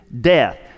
death